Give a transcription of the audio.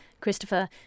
Christopher